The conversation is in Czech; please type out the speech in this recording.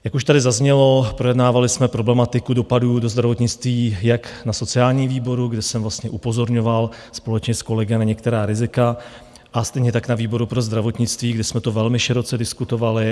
Jak už tady zaznělo, projednávali jsme problematiku dopadů do zdravotnictví jak na sociálním výboru, kde jsem upozorňoval společně s kolegy na některá rizika, a stejně tak na výboru pro zdravotnictví, kde jsme to velmi široce diskutovali.